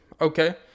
Okay